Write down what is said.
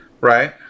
Right